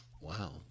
Wow